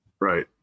Right